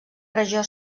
regió